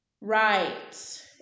Right